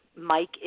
Mike